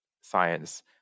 science